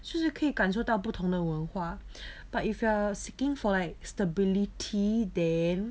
是不是可以感受到不同的文化 but if you are seeking for like stability then